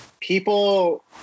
people